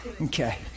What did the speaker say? Okay